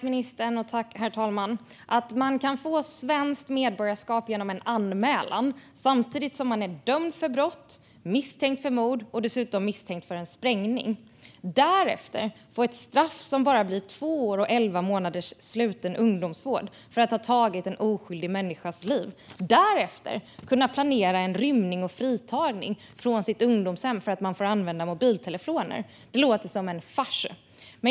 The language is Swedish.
Herr talman! Man kan få svenskt medborgarskap genom en anmälan samtidigt som man är dömd för brott, misstänkt för mord och dessutom misstänkt för en sprängning. Därefter kan man få ett straff som bara blir två år och elva månaders sluten ungdomsvård för att ha tagit en oskyldig människas liv. Därefter kan man planera en rymning och fritagning från sitt ungdomshem för att man får använda mobiltelefon. Det låter som en fars.